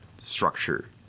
structure